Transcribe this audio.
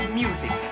music